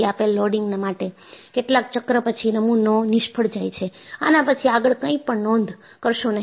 આપેલ લોડિંગ માટે કેટલાક ચક્ર પછી નમૂનો નિષ્ફળ જાય છે આના પછી આગળ કંઈપણ નોંધ કરશો નહીં